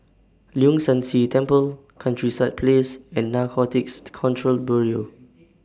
Leong San See Temple Countryside Place and Narcotics Control Bureau